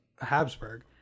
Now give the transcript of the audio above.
Habsburg